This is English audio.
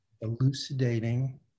elucidating